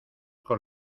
con